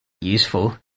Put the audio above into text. useful